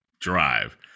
drive